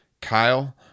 Kyle